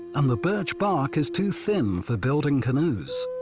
and the birch bark is too thin for building canoes.